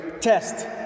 test